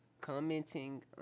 Commenting